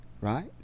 right